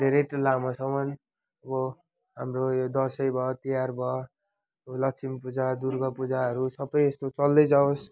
धेरै त्यो लामोसम्म अब हाम्रो यो दसैँ भयो तिहार भयो लक्ष्मी पूजा दुर्गा पूजाहरू सबै यस्तो चल्दै जाओस्